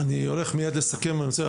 אני מיד מסכם את הדיון.